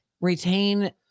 retain